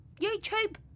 YouTube